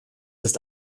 ist